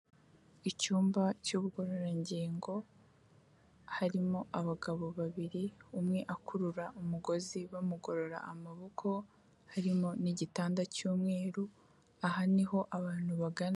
Icyumba cy'ubugororangingo, harimo abagabo babiri, umwe akurura umugozi bamugorora amaboko, harimo n'igitanda cy'umweru, aha ni ho abantu bagana.